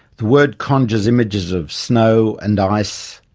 the word conjures images of snow and ice,